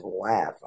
laugh